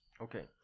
Okay